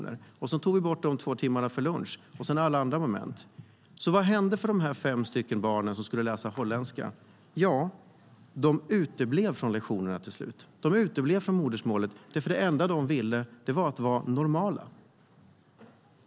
Vi fick också räkna bort de två timmarna för lunch och alla andra moment. Vad hände då med de fem barnen som skulle läsa holländska? De uteblev till slut från modersmålslektionerna, för det enda de ville var att vara normala.